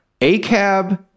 ACAB